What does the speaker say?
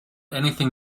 anything